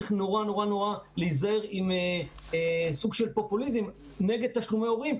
צריך להיזהר נורא עם סוג של פופוליזם נגד תשלומי הורים,